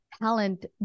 talent